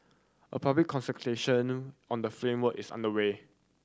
a public consultation on the framework is underway